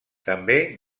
també